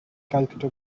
calcutta